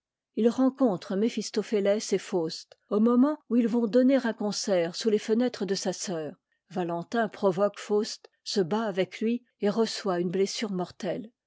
il rencontre me phistophé ès et faust au moment où ils vont donner un concert sous les fenêtres de sa sœur valentin provoque faust se bat avec lui et reçoit une blessure mortelle